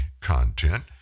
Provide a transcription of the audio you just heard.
content